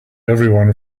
everyone